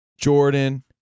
Jordan